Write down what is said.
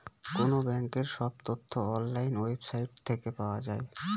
কোনো ব্যাঙ্কের সব তথ্য অনলাইন ওয়েবসাইট থেকে পাওয়া যায়